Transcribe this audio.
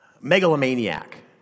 megalomaniac